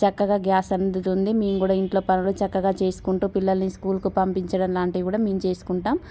చక్కగా గాస్ అందుతుంది మేము కూడా ఇంట్లో పనులు చక్కగా చేసుకుంటు పిల్లల్ని స్కూల్ పంపించడం అలాంటివి మేము చేసుకుంటాం